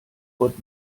gott